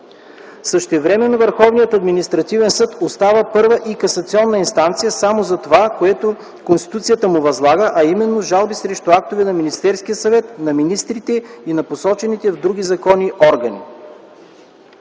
Същевременно Върховният административен съд остава първа и касационна инстанция само за това, което Конституцията му възлага, а именно жалби срещу актове на Министерския съвет, на министрите и на посочените в други закони органи.